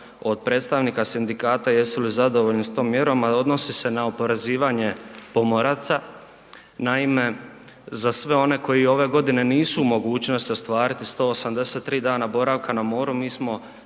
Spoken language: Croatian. od predstavnika sindikata jesu li zadovoljni s tom mjerom a odnosi se na oporezivanje pomoraca. Naime, za sve one koji ove godine nisu u mogućnosti ostvariti 183 dana boravka na moru, mi smo